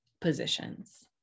positions